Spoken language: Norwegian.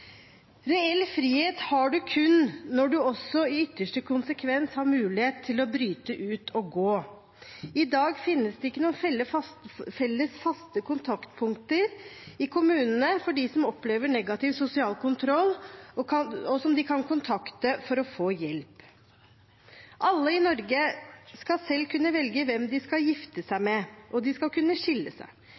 Reell frihet har man kun når man også i ytterste konsekvens har mulighet til å bryte ut og gå. I dag finnes det ikke noen felles, faste kontaktpunkter i kommunene for dem som opplever negativ sosial kontroll, som de kan kontakte for å få hjelp. Alle i Norge skal selv kunne velge hvem de skal gifte seg med, og de skal kunne skille seg.